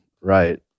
right